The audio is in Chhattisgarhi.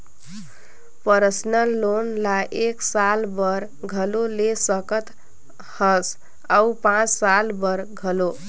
परसनल लोन ल एक साल बर घलो ले सकत हस अउ पाँच साल बर घलो